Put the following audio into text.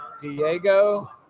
Diego